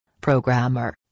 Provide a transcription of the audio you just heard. programmer